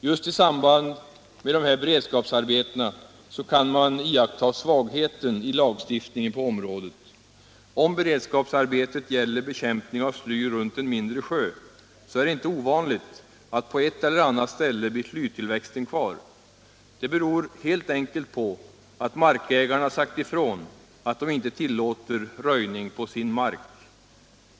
Just i samband med de här beredskapsarbetena kan man iakttaga svagheten i lagstiftningen på området. Om beredskapsarbetet gäller bekämpning av sly runt en mindre sjö så är det inte ovanligt att på ett eller annat ställe blir slytillväxten kvar. Det beror helt enkelt på att markägarna sagt ifrån att de inte tillåter röjning på sin mark.